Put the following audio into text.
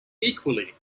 equally